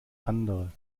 andere